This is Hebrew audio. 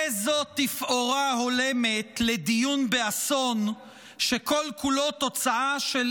איזו תפאורה הולמת לדיון באסון שכל-כולו תוצאה של